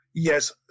Yes